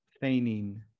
feigning